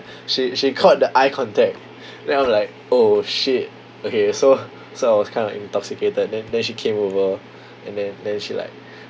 she she caught the eye contact then I'm like oh shit okay so so I was kind of like intoxicated then then she came over and then then she like